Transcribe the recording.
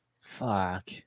Fuck